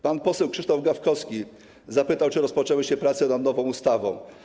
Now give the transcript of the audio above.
Pan poseł Krzysztof Gawkowski zapytał, czy rozpoczęły się prace nad nową ustawą.